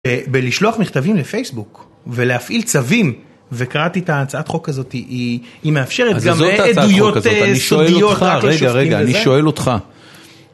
בלשלוח מכתבים לפייסבוק ולהפעיל צווים וקראתי את הצעת חוק הזאת היא מאפשרת גם עדויות סודיות רק לשופטים לזה. אני שואל אותך